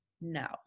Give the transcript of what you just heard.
no